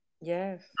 Yes